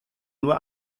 nur